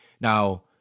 Now